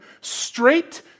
straight